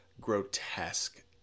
grotesque